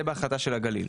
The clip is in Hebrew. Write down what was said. זה בהחלט של הגליל.